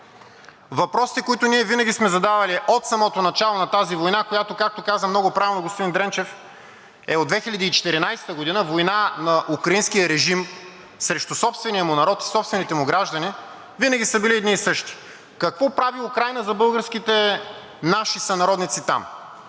Въпросите, които ние винаги сме задавали от самото начало на тази война, която, както каза много правилно господин Дренчев, е от 2014 г. – война на украинския режим срещу собствения му народ и собствените му граждани, винаги са били едни и същи. Какво прави Украйна за българските наши сънародници там?